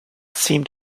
seem